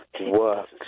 works